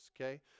okay